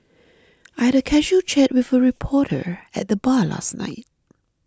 I had a casual chat with a reporter at the bar last night